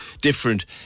different